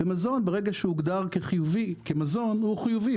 מזון ברגע שהוא הוגדר כחיובי כמזון, הוא חיובי.